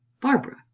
Barbara